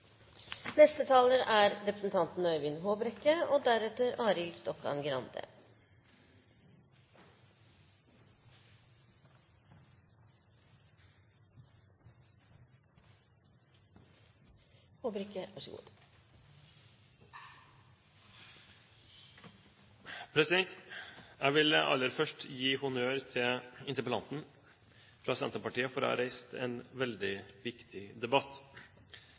er god familiepolitikk. Jeg vil aller først gi honnør til interpellanten fra Senterpartiet for å ha reist en veldig viktig debatt.